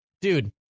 dude